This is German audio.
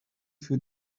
für